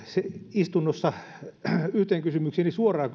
istunnossa yhteen kysymykseeni suoraan